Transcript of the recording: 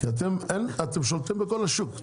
אתם שולטים בכל השוק,